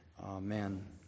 Amen